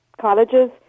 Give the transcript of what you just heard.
colleges